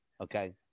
Okay